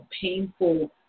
painful